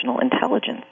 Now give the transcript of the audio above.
Intelligence